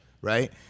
right